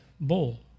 bowl